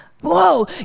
Whoa